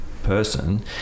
person